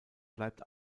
bleibt